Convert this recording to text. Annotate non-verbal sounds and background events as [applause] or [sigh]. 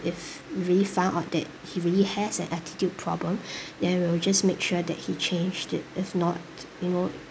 if we really found out that he really has an attitude problem [breath] then we will just make sure that he changed it if not you know